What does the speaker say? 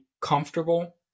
comfortable